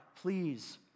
please